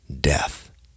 death